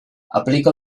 aplica